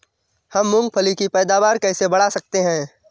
हम मूंगफली की पैदावार कैसे बढ़ा सकते हैं?